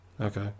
Okay